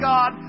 God